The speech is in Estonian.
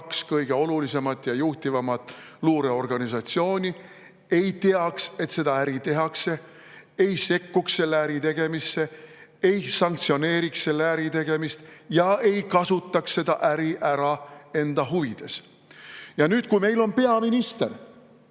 kõige olulisemat ja juhtivamat luureorganisatsiooni ei teaks, et seda äri tehakse, ei sekkuks selle äri tegemisse, ei sanktsioneeriks selle äri tegemist ja ei kasutaks seda äri ära enda huvides. Kui meil on peaminister,